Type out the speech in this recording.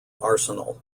arsenal